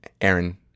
Aaron